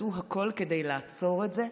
תעשו הכול כדי לעצור את זה,